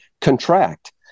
contract